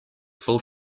full